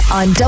on